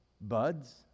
buds